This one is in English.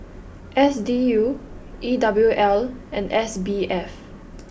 S D U E W L and S B F